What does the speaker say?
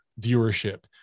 viewership